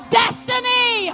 destiny